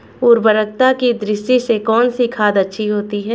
उर्वरकता की दृष्टि से कौनसी खाद अच्छी होती है?